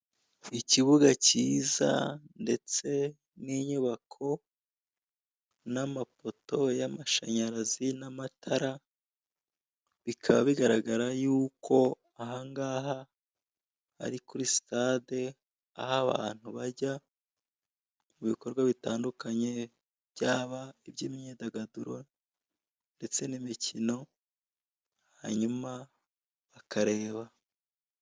Ikibuga cyiza ndetse n'inyubako n'amapoto y'amashanyarazi n'amatara bikaba bigaragara yuko ahangaha ari kuri sitade aho abantu bajya mu bikorwa bitandukanye by'aba iby'imyidagaduro ndetse n'imikino hanyuma akareba.